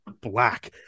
black